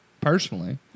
Personally